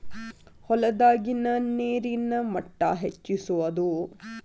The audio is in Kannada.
ಹೊಲದಾಗಿನ ನೇರಿನ ಮಟ್ಟಾ ಹೆಚ್ಚಿಸುವದು